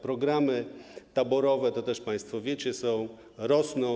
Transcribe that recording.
Programy taborowe, to też państwo wiecie, są, rosną.